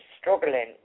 struggling